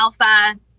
alpha